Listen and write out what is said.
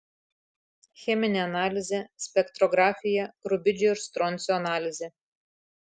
cheminė analizė spektrografija rubidžio ir stroncio analizė